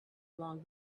along